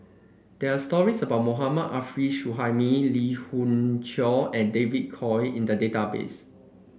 there are stories about Mohammad Arif Suhaimi Lee Khoon Choy and David Kwo in the database